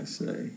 say